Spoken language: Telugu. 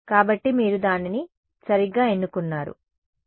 కాబట్టి మీరు దానిని సరిగ్గా ఎన్నుకోరు